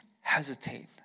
hesitate